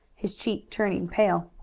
his cheek turning pale.